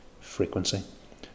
frequency